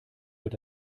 wird